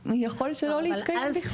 יכול שלא להתקיים בכלל.